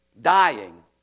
dying